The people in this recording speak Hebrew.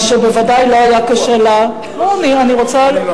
מה שבוודאי לא היה קשה לה, על זה אני לא מדבר.